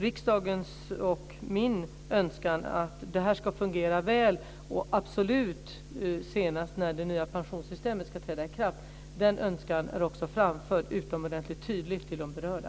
Riksdagens och min önskan är att det ska fungera väl, och absolut senast när det nya pensionssystemet ska träda i kraft. Den önskan är också framförd utomordentligt tydligt till de berörda.